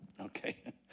okay